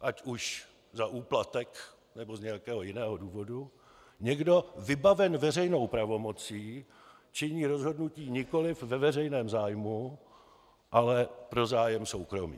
ať už za úplatek, nebo z nějakého jiného důvodu, někdo vybaven veřejnou pravomocí, činí rozhodnutí nikoli ve veřejném zájmu, ale pro zájem soukromý.